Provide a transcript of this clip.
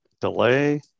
delay